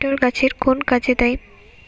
নিপটর গাছের কোন কাজে দেয়?